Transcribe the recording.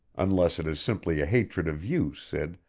unless it is simply a hatred of you, sid,